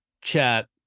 chat